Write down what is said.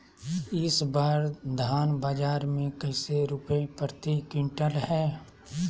इस बार धान बाजार मे कैसे रुपए प्रति क्विंटल है?